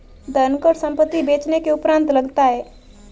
धनकर संपत्ति बेचने के उपरांत लगता है